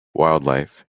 wildlife